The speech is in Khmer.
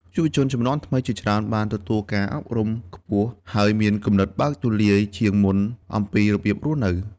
យុវជនជំនាន់ថ្មីជាច្រើនបានទទួលការអប់រំខ្ពស់ ហើយមានគំនិតបើកទូលាយជាងមុនអំពីរបៀបរស់នៅ។